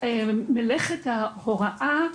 מלאכת ההוראה,